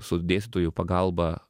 su dėstytojų pagalba